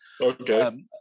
Okay